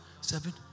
seven